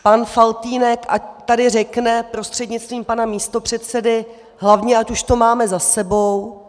Pan Faltýnek tady řekne prostřednictvím pana místopředsedy: Hlavně ať už to máme za sebou!